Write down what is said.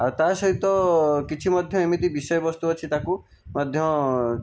ଆଉ ତା ସହିତ କିଛି ମଧ୍ୟ ଏମିତି ବିଷୟ ବସ୍ତୁ ଅଛି ତାକୁ ମଧ୍ୟ